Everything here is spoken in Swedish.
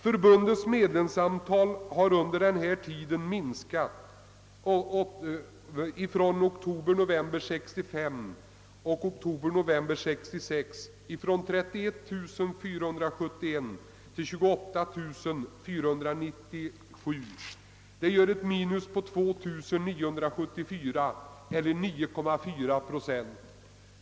Förbundets medlemsantal har under denna tid, från oktober november 1966, minskat från 31 471 till 28 497. Det gör ett minus på 2974 eller 9,4 procent.